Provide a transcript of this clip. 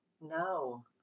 No